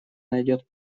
найдет